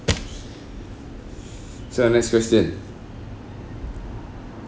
so the next question